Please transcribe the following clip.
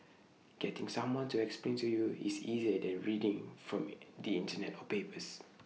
getting someone to explain to you is easier than reading from the Internet or papers